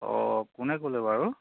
অঁ কোনে ক'লে বাৰু